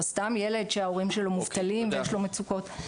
או סתם ילדים שההורים שלו מובטלים ויש לו מצוקות,